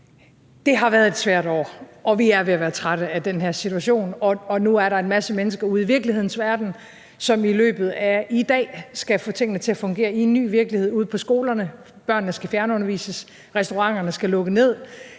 Det har været et svært år, og vi er ved at være trætte af den her situation. Nu er der en masse mennesker ude i virkelighedens verden, som i løbet af i dag skal få tingene til at fungere i en ny virkelighed. Ude på skolerne skal børnene fjernundervises, restauranterne skal lukke ned,